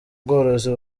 bworozi